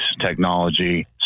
technology